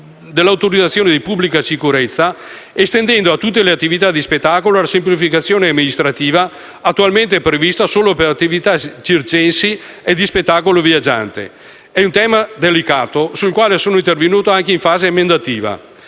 dell'autorizzazione di pubblica sicurezza, estendendo a tutte le attività di spettacolo la semplificazione amministrativa attualmente prevista solo per le attività circensi e di spettacolo viaggiante. È un tema delicato, sul quale sono intervenuto anche in fase emendativa.